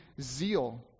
zeal